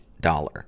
dollar